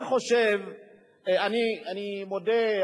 אני מודה,